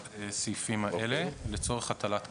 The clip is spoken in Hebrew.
בסעיפים האלה, לצורך הטלת קנסות.